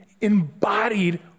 embodied